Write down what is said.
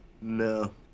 No